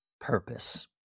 purpose